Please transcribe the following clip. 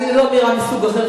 זו אמירה מסוג אחר,